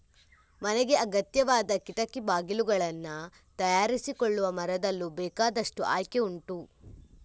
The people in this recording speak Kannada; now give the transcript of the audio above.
ಮನೆಗೆ ಅಗತ್ಯವಾದ ಕಿಟಕಿ ಬಾಗಿಲುಗಳನ್ನ ತಯಾರಿಸಿಕೊಳ್ಳುವ ಮರದಲ್ಲೂ ಬೇಕಾದಷ್ಟು ಆಯ್ಕೆ ಉಂಟು